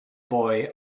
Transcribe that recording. boy